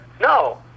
No